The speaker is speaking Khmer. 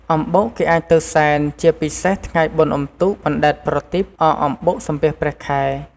អំបុកគេអាចទៅសែនជាពិសេសថ្ងៃបុណ្យអំទូកបណ្តែតប្រទីប អក់អំបុក សំពះព្រះខែ ។